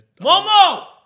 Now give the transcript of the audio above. Momo